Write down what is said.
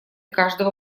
каждого